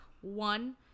one